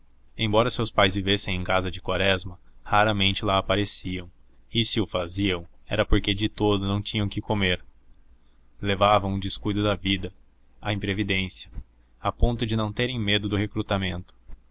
embora seus pais vivessem em casa de quaresma raramente lá apareciam e se o faziam era porque de todo não tinham que comer levavam o descuido da vida a imprevidência a ponto de não terem medo do recrutamento